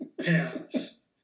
pants